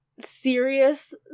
serious